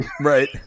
Right